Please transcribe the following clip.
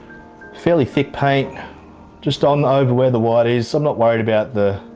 fairly thick paint just um over where the white is. i'm not worried about the,